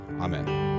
Amen